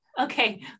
Okay